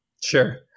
Sure